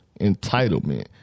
entitlement